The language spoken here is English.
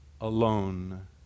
alone